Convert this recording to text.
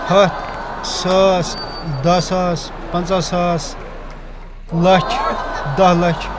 ہَتھ ساس دَہ ساس پنٛژاہ ساس لَچھ دَہ لَچھ